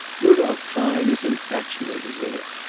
rudolph klein is infatuated with her.